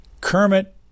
Kermit